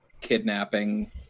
kidnapping